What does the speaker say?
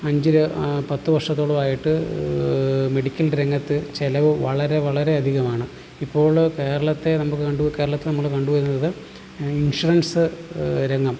അഞ്ചിൽ പത്ത് വർഷത്തോളം ആയിട്ട് മെഡിക്കൽ രംഗത്ത് ചിലവ് വളരെ വളരെ അധികമാണ് ഇപ്പോൾ കേരളത്തെ നമ്മൾക്ക് കണ്ടു കേരളത്തെ നമ്മൾ കണ്ടു ഇൻഷുറൻസ് രംഗം